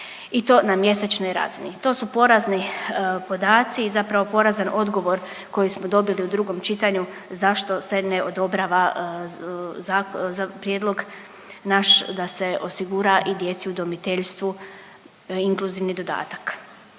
i to na mjesečnoj razini. To su porazni podaci, zapravo porazan odgovor koji smo dobili u drugom čitanju zašto se ne odobrava prijedlog naš da se osigura i djeci u udomiteljstvu inkluzivni dodatak.